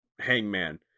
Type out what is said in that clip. Hangman